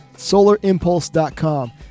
solarimpulse.com